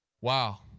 Wow